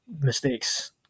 Mistakes